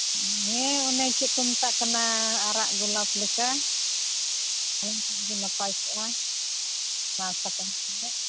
ᱦᱮᱸ ᱚᱱᱮ ᱪᱮᱫ ᱠᱚ ᱢᱮᱛᱟᱜ ᱠᱟᱱᱟ ᱟᱨᱟᱜ ᱜᱳᱞᱟᱯ ᱞᱮᱠᱟ ᱚᱱᱟ ᱠᱷᱟᱱ ᱫᱚ ᱱᱟᱯᱟᱭ ᱠᱚᱜᱼᱟ ᱥᱟᱠᱟᱢ ᱥᱚᱦᱜᱮᱜ